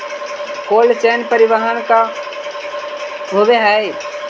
Cold chain परिवहन का होव हइ?